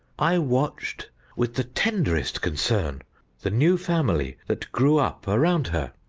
i watched with the tenderest concern the new family that grew up around her.